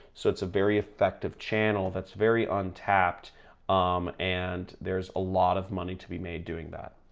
so it's a very effective channel that's very untapped um and there's a lot of money to be made doing that.